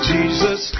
Jesus